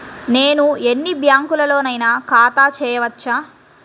నేను ఎన్ని బ్యాంకులలోనైనా ఖాతా చేయవచ్చా?